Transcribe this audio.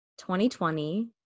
2020